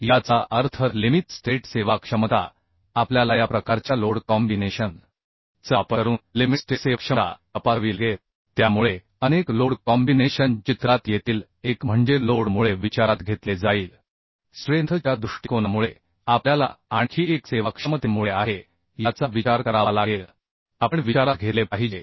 याचा अर्थ limit state सेवाक्षमता आपल्यालाया प्रकारच्या लोड कॉम्बीनेशन चा वापर करून लिमिट स्टेट सेवाक्षमता तपासावी लागेल त्यामुळे अनेक लोड कॉम्बिनेशन चित्रात येतील एक म्हणजे लोड मुळे विचारात घेतले जाईल स्ट्रेन्थ च्या दृष्टिकोनामुळे आपल्याला आणखी एक सेवाक्षमते मुळे आहे याचा विचार करावा लागेल आपण विचारात घेतले पाहिजे